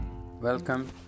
Welcome